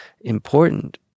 important